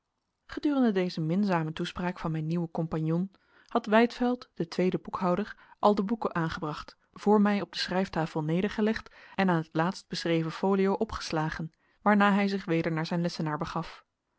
gedurende deze minzame toespraak van mijn nieuwen compagnon had wijdveld de tweede boekhouder al de boeken aangebracht voor mij op de schrijftafel nedergelegd en aan het laatst beschreven folio opgeslagen waarna hij zich weder naar zijn lessenaar begaf